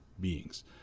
beings